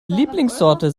lieblingssorte